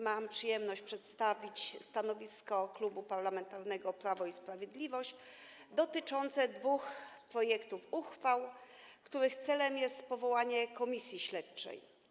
Mam przyjemność przedstawić stanowisko Klubu Parlamentarnego Prawo i Sprawiedliwość dotyczące dwóch projektów uchwał, których celem jest powołanie komisji śledczej.